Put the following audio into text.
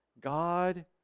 God